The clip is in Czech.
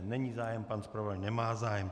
Není zájem, pan zpravodaj nemá zájem.